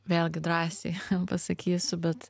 vėlgi drąsiai pasakysiu bet